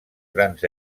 grans